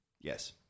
Yes